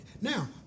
Now